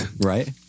Right